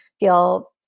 Feel